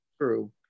True